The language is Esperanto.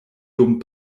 dum